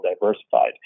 diversified